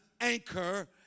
anchor